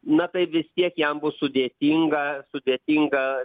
na tai vis tiek jam bus sudėtinga sudėtinga